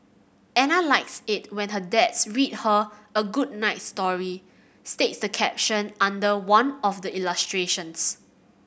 Ana likes it when her dads read her a good night story states the caption under one of the illustrations